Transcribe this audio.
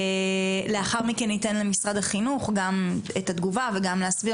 ולאחר מכן ניתן למשרד החינוך את התגובה וגם להסביר